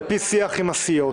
על פי שיח עם הסיעות,